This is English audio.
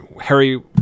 Harry